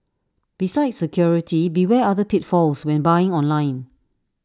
besides security beware other pitfalls when buying online